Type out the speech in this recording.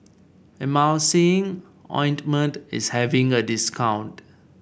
Emulsying Ointment is having a discount